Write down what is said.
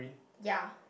ya